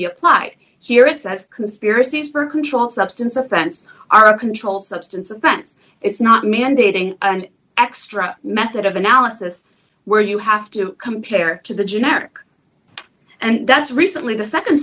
be applied here it says conspiracies for a controlled substance offense are a controlled substance offense it's not mandating an extra method of analysis where you have to compare to the generic and that's recently the